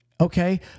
Okay